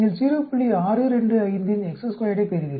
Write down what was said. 625இன் ஐப் பெறுவீர்கள்